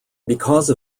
because